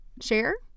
share